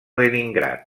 leningrad